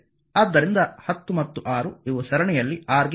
ಆದ್ದರಿಂದ 10 ಮತ್ತು 6 ಇವು ಸರಣಿಯಲ್ಲಿ R ಗೆ ಇರುತ್ತವೆ